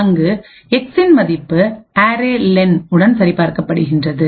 அங்குஎக்ஸின் மதிப்பு அரே லென்array len உடன் சரிபார்க்கப்படுகிறது